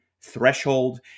Threshold